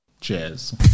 Cheers